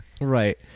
Right